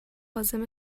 عازم